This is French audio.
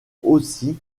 aussi